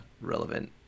relevant